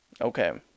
Okay